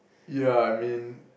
ya I mean